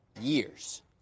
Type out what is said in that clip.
years